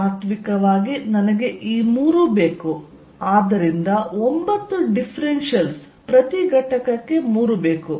ತಾತ್ವಿಕವಾಗಿ ನನಗೆ ಈ ಮೂರೂ ಬೇಕು ಆದ್ದರಿಂದ 9 ಡಿಫರೆನ್ಷಿಯಲ್ಸ್ ಪ್ರತಿ ಘಟಕಕ್ಕೆ ಮೂರು ಬೇಕು